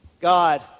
God